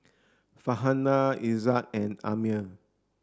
Farhanah Izzat and Ammir